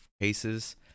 cases